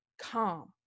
calm